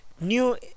new